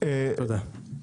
וגם זה,